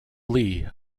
lee